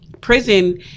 prison